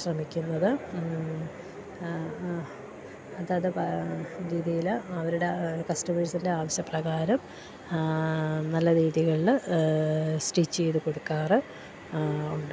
ശ്രമിക്കുന്നത് അതാത് പാ രീതിയിൽ അവരുടെ കസ്റ്റമേഴ്സിൻ്റെ ആവശ്യ പ്രകാരം നല്ല രീതികളിൽ സ്റ്റിച്ച് ചെയ്ത് കൊടുക്കാറ് ഉണ്ട്